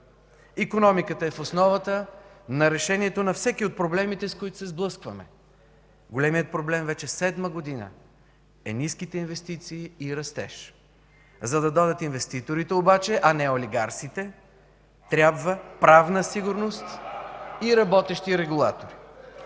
Икономиката е в основата на решението на всеки от проблемите, с които се сблъскваме. Големият проблем вече седма година са ниските инвестиции и растеж. За да дойдат инвеститорите обаче, а не олигарсите (силен шум и реплики